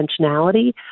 intentionality